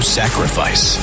sacrifice